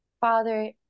Father